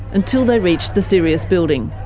until they reached the sirius building.